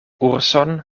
urson